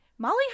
Molly